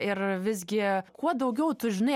ir visgi kuo daugiau tu žinai